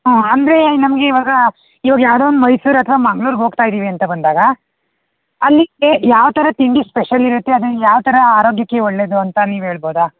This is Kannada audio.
ಊಂ ಅಂದರೆ ನಮ್ಗೆ ಇವಾಗ ಇವಾಗ ಯಾವುದೋ ಒಂದು ಮೈಸೂರು ಅಥವಾ ಮಂಗ್ಳೂರ್ಗೆ ಹೋಗ್ತಾ ಇದ್ದೀವಿ ಅಂತ ಬಂದಾಗ ಅಲ್ಲಿಗೆ ಯಾವ ಥರ ತಿಂಡಿ ಸ್ಪೆಷಲ್ ಇರುತ್ತೆ ಅದನ್ ಯಾವ ಥರ ಆರೋಗ್ಯಕ್ಕೆ ಒಳ್ಳೆಯದು ಅಂತ ನೀವು ಹೇಳ್ಬೋದಾ